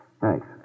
Thanks